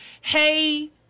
hey